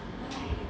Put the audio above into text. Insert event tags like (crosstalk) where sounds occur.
(breath)